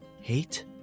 Hate